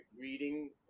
reading